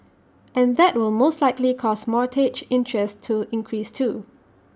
and that will most likely cause mortgage interest to increase too